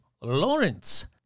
Lawrence